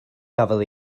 gafodd